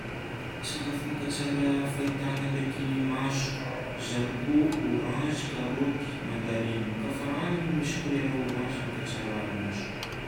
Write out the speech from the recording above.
Sakafo mankatsara fahitana ndraiky maso: zarikô, orange, karaoty, mandarinina. Koafa hanigny misy couleur orange mankatsara maso.